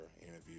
interview